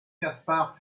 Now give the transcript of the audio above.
kaspar